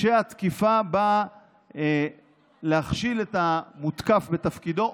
כשהתקיפה באה להכשיל את המותקף בתפקידו,